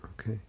okay